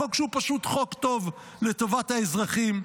חוק שהוא פשוט חוק טוב לטובת האזרחים,